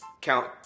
count